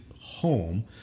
home